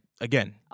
again